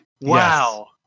Wow